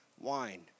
wine